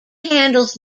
handles